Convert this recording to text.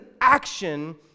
action